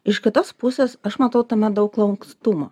iš kitos pusės aš matau tame daug lankstumo